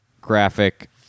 graphic